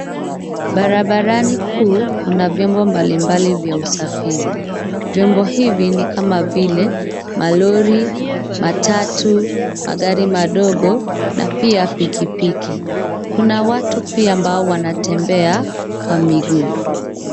Barabarani kuu, kuna vyombo mbalimbali vya usafiri. Vyombo hivi ni kama vile, malori, matatu, magari madogo na pia pikipiki. Kuna watu pia ambao wanatembea kwa miguu.